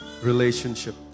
Relationship